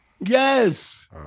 Yes